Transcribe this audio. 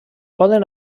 poden